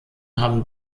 haben